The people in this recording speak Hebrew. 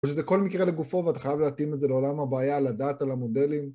זה כל מקרה לגופו ואתה חייב להתאים את זה לעולם הבעיה, לדעת על המודלים.